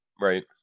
Right